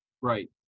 Right